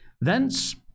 Thence